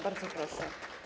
Bardzo proszę.